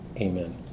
Amen